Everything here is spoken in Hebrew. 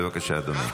בבקשה, אדוני.